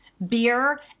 beer